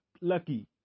lucky